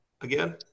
again